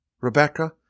Rebecca